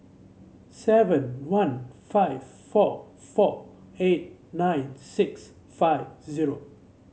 seven one five four four eight nine six five zero